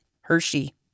Hershey